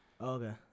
okay